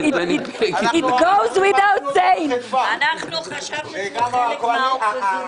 אנחנו חשבנו שהוא חלק מהאופוזיציה.